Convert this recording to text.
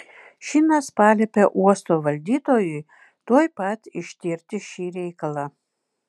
šinas paliepė uosto valdytojui tuoj pat ištirti šį reikalą